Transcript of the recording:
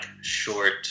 short